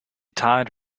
tied